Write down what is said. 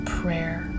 prayer